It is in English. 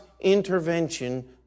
intervention